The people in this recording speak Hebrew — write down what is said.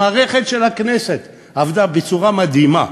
המערכת של הכנסת עבדה בצורה מדהימה,